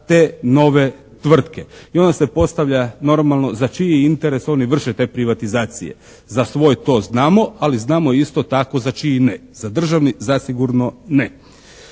te nove tvrtke. I onda se postavlja normalno za čiji interes oni vrše te privatizacije. Za svoj, to znamo, ali znamo isto tako za čiji ne. Za državni zasigurno ne.